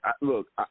Look